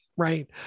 right